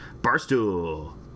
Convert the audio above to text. barstool